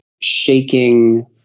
shaking